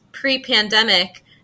pre-pandemic